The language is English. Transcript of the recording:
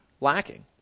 lacking